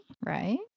right